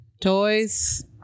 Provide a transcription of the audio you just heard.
toys